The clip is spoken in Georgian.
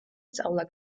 სწავლა